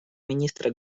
министра